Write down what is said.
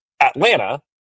Atlanta